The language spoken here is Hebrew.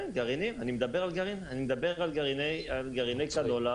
אני מדבר על גרעיני קנולה.